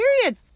Period